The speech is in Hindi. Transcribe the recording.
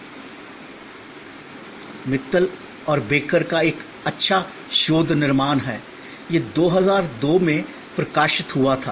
यह मित्तल और बेकर का एक अच्छा शोध निर्माण है यह 2002 में प्रकाशित हुआ था